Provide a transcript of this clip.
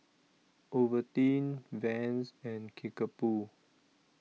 Ovaltine Vans and Kickapoo